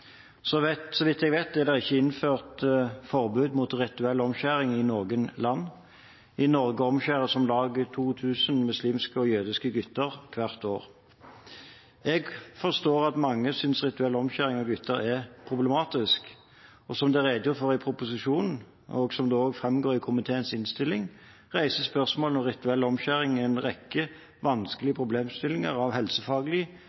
Så vidt jeg vet er det ikke innført forbud mot rituell omskjæring i noe land. I Norge omskjæres om lag 2 000 muslimske og jødiske gutter hvert år. Jeg forstår at mange synes rituell omskjæring av gutter er problematisk. Som det er redegjort for i proposisjonen, og som det også framgår av komiteens innstilling, reiser spørsmål om rituell omskjæring en rekke vanskelige